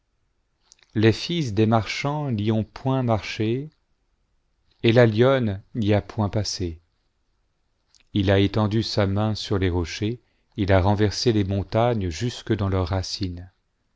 les fils des marchands n'y onl point marché et la lionne n'y a pyiut passé il a étendu sa main sur les rochers il a renversé les montagnes jusque dans leurs racines